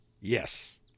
Yes